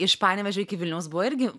iš panevėžio iki vilniaus buvo irgi